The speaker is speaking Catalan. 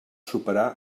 superar